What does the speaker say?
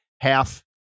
half